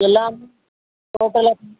எல்லாமே டோட்டலாக